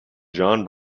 john